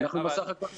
אנחנו בסך הכול,